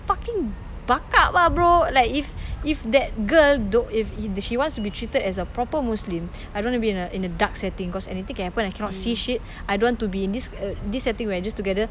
fucking buck up ah bro like if if that girl don't if she wants to be treated as a proper muslim I don't want to be in a in a dark setting cause anything can happen I cannot see shit I don't want to be in this uh this setting we're just together